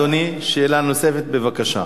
בבקשה,